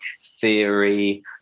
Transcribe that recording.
theory